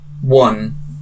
one